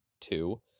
two